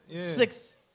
Six